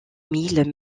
mille